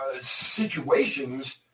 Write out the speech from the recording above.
situations